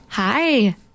Hi